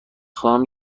خواهم